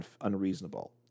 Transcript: unreasonable